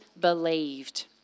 believed